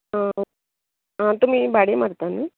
तुमी भाडी मारता न्हय